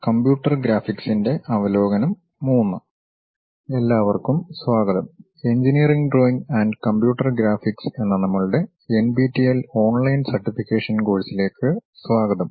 computer ഗ്രാഫിക്സിന്റെ അവലോകനം III എല്ലാവർക്കും സ്വാഗതം engineering drawing and computer graphics എന്ന നമ്മളുടെ എൻപിടിഎൽ ഓൺലൈൻ സർട്ടിഫിക്കേഷൻ കോഴ്സിലേക്ക് സ്വാഗതം